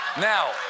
Now